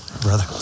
brother